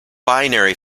binary